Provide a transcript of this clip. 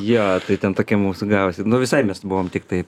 jo tai ten tokia mūsų gavosi nu visai mes buvom tiktai